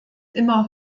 immer